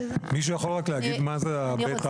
מישהו יכול להגיד רק מה זה בית אב הזה?